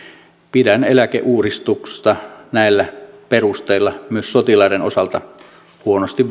pidän eläkeuudistusta näillä perusteilla myös sotilaiden osalta huonosti